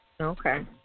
Okay